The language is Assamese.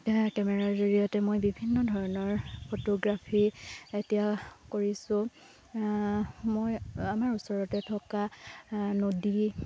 কেমেৰাৰ জৰিয়তে মই বিভিন্ন ধৰণৰ ফটোগ্ৰাফি এতিয়া কৰিছোঁ মই আমাৰ ওচৰতে থকা নদী